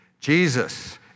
Jesus